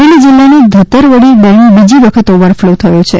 અમરેલી જિલ્લા નો ધતરવડી ડેમ બીજી વખત ઓવરફ્લો થયો છે